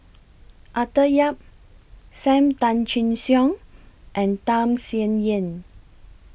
Arthur Yap SAM Tan Chin Siong and Tham Sien Yen